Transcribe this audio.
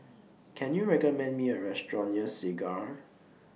Can YOU recommend Me A Restaurant near Segar